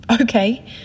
Okay